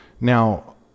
Now